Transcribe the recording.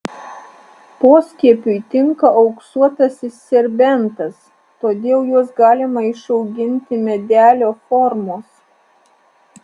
poskiepiui tinka auksuotasis serbentas todėl juos galima išauginti medelio formos